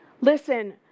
Listen